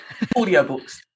Audiobooks